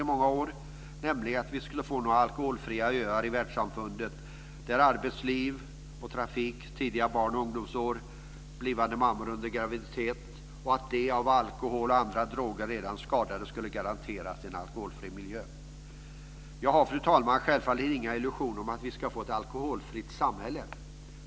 Det handlar om att vi skulle få några alkoholfria öar i världssamfundet där arbetsliv, trafik, tidiga barn och ungdomsår, blivande mammor under graviditet och de av alkohol och andra droger redan skadade skulle garanteras en alkoholfri miljö. Fru talman! Jag har självfallet inga illusioner om att vi ska få ett alkoholfritt samhälle.